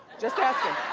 just asking.